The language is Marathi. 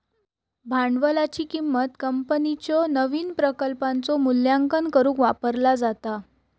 भांडवलाची किंमत कंपनीच्यो नवीन प्रकल्पांचो मूल्यांकन करुक वापरला जाता